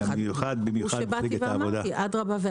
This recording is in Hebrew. במיוחד מפלגת העבודה.